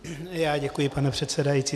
Já děkuji, pane předsedající.